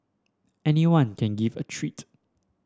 anyone can give a treat